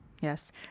Yes